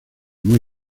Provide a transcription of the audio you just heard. muy